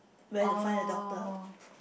orh